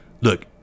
Look